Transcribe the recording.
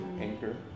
anchor